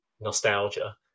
Nostalgia